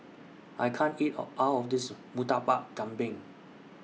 I can't eat All of This Murtabak Kambing